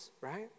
right